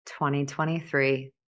2023